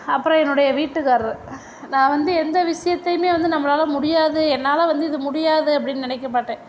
அப்பறம் என்னுடைய வீட்டுகார்ரு நான் வந்து எந்த விஷயத்தையுமே வந்து நம்மளால் முடியாது என்னால் வந்து இது முடியாது அப்படின்னு நினைக்க மாட்டேன்